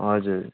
हजुर